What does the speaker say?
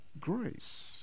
grace